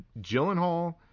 Gyllenhaal